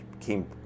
came